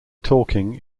talking